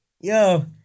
Yo